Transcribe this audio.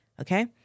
Okay